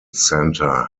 centre